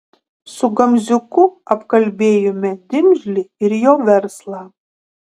su gamziuku apkalbėjome dimžlį ir jo verslą